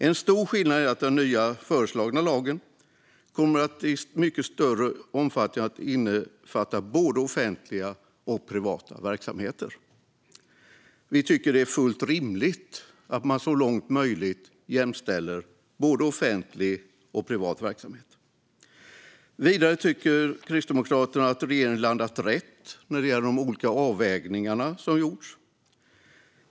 En stor skillnad är att den nya föreslagna lagen i mycket större omfattning än den nuvarande kommer att innefatta både offentliga och privata verksamheter. Vi tycker att det är fullt rimligt att man så långt det är möjligt jämställer både offentlig och privat verksamhet. Vidare tycker Kristdemokraterna att regeringen har landat rätt när det gäller de olika avvägningar som gjorts.